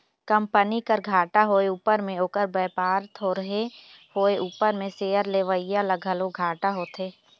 company कर घाटा होए उपर में ओकर बयपार थोरहें होए उपर में सेयर लेवईया ल घलो घाटा होथे